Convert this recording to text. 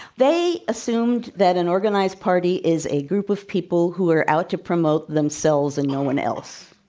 they assumed that an organized party is a group of people who are out to promote themselves and no one else.